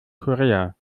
korea